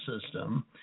system